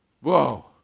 Whoa